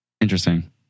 Interesting